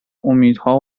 امیدها